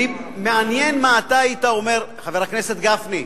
מעניין מה אתה היית אומר, חבר הכנסת גפני,